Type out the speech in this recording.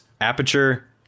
aperture